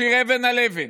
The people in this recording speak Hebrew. לא נשאיר אבן על אבן.